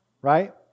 right